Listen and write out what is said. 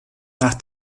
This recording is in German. nach